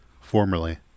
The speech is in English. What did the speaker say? Formerly